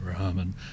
Rahman